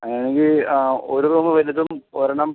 അങ്ങനെയാണെങ്കിൽ ഒരു റൂം വലുതും ഒരെണ്ണം